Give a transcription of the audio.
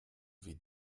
wie